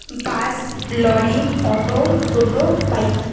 bus lorry auto toto bike